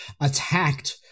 attacked